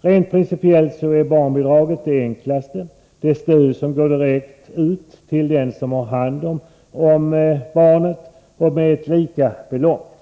Rent principiellt är barnbidraget det enklaste — ett stöd som går ut direkt till den som har hand om barnet och med lika belopp.